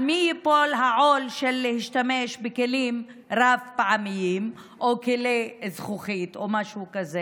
על מי ייפול העול של להשתמש בכלים רב-פעמיים או כלי זכוכית או משהו כזה?